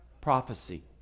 Prophecy